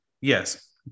Yes